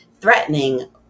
threatening